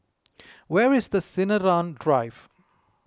where is the Sinaran Drive